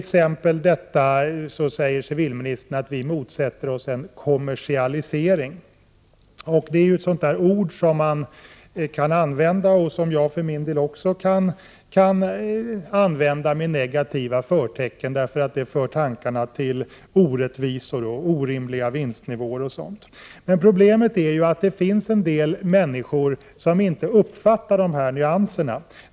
Exempelvis säger civilministern: ”Vi motsätter oss en kommersialisering”. Det är ett sådant ord som man kan använda med negativa förtecken — det kan också jag göra — därför att det för tankarna till orättvisor, orimliga vinstnivåer osv. Men problemet är att det finns en del människor som inte uppfattar dessa nyanser.